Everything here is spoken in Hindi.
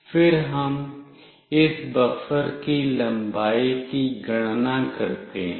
फिर हम इस बफर की लंबाई की गणना करते हैं